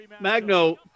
Magno